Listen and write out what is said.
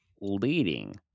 leading